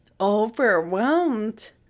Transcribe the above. overwhelmed